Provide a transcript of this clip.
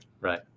Right